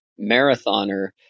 marathoner